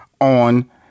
on